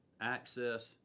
access